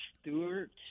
Stewart